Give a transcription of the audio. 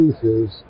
pieces